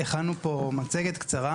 הכנו פה מצגת קצרה.